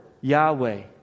Yahweh